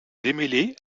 démêlés